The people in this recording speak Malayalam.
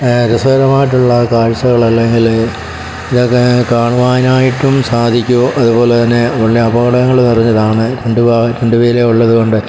രസകരമായിട്ടുള്ള കാഴ്ച്ചകൾ അല്ലെങ്കിൽ ഇതൊക്കെ കാണുവാനായിട്ടും സാധിക്കും അതുപോലെ തന്നെ ഉടനെ അപകടങ്ങൾ നിറഞ്ഞതാണ് രണ്ടു രണ്ട് വീലേ ഉള്ളതുകൊണ്ട്